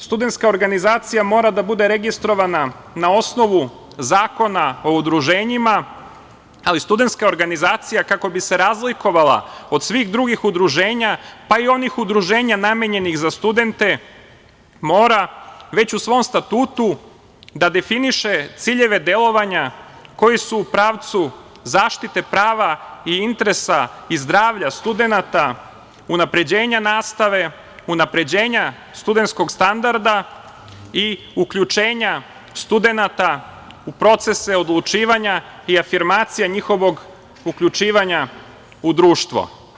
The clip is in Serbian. Studentska organizacija mora da bude registrovana na osnovu Zakona o udruženjima, ali studentska organizacija, kako bi se razlikovala od svih drugih udruženja, pa i onih udruženja namenjenih za studente, mora već u svom statutu da definiše ciljeve delovanja koji su u pravcu zaštite prava i interesa i zdravlja studenata, unapređenja nastave, unapređenja studentskog standarda i uključenja studenata u procese odlučivanja i afirmacija njihovog uključivanja u društvo.